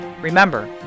Remember